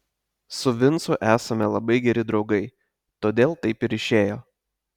su vincu esame labai geri draugai todėl taip ir išėjo